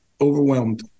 overwhelmed